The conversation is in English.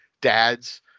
dads